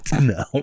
No